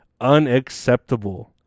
unacceptable